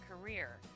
career